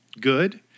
good